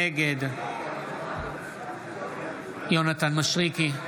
נגד יונתן מישרקי,